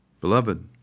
Beloved